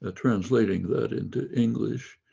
ah translating that into english.